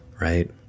right